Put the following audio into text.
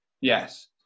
Yes